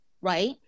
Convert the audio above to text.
right